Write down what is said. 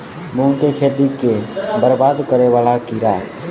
मूंग की खेती केँ बरबाद करे वला कीड़ा?